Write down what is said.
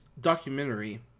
documentary